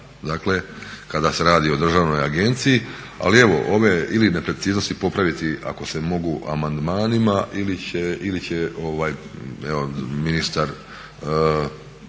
dakle kada se radi o državnoj agenciji, ali evo ove ili nepreciznosti popraviti ako se mogu amandmanima ili će ministar